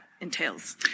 entails